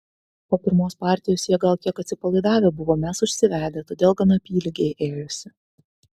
po pirmos partijos jie gal kiek atsipalaidavę buvo mes užsivedę todėl gan apylygiai ėjosi